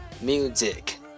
Music